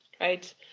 right